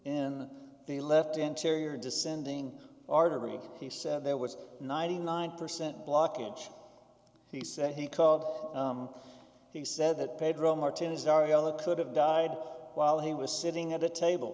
in the left anterior descending artery he said there was ninety nine percent blockage he said he called he said that pedro martinez ariela could have died while he was sitting at a table